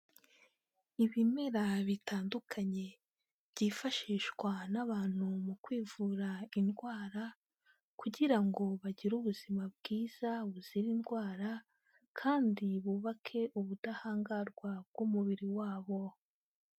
Ibimera bitandukanye. Byifashishwa n'abantu mu kwivura indwara, kugira ngo bagire ubuzima bwiza, buzira indwara, kandi bubake ubudahangarwa, bw'umubiri wabo.